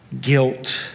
guilt